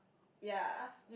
ya